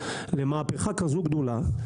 למהפכה כזו גדולה,